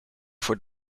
voor